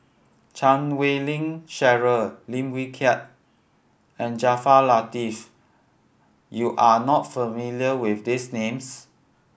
Chan Wei Ling Cheryl Lim Wee Kiak and Jaafar Latiff you are not familiar with these names